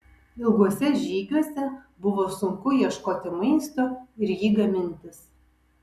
ilguose žygiuose buvo sunku ieškoti maisto ir jį gamintis